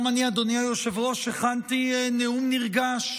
גם אני, אדוני היושב-ראש, הכנתי נאום נרגש